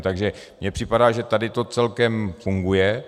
Takže mně připadá, že tady to celkem funguje.